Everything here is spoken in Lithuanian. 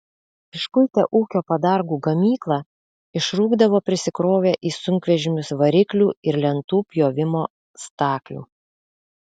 iškuitę ūkio padargų gamyklą išrūkdavo prisikrovę į sunkvežimius variklių ir lentų pjovimo staklių